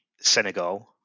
Senegal